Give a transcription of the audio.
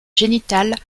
génitales